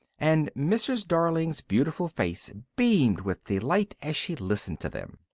and mrs. darling's beautiful face beamed with delight as she listened to them.